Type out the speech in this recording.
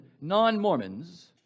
non-Mormons